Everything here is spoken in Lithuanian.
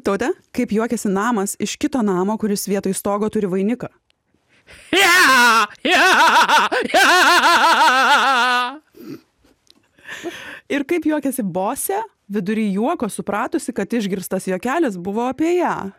taute kaip juokiasi namas iš kito namo kuris vietoj stogo turi vainiką ir kaip juokiasi bosė vidury juoko supratusi kad išgirstas juokelis buvo apie ją